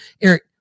Eric